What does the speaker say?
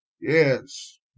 Yes